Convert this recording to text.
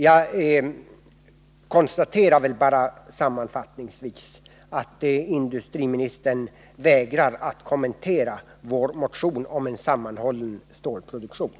Jag konstaterar bara sammanfattningsvis att industriministern vägrar kommentera vår motion om en sammanhållen stålproduktion.